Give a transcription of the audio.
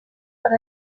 per